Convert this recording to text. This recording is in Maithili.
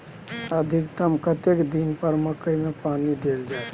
अधिकतम कतेक बेर मकई मे पानी देल जाय?